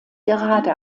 gerade